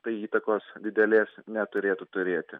tai įtakos didelės neturėtų turėti